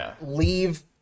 leave